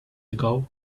ago